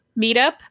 meetup